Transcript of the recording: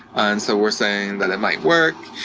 and so we're saying that it might work.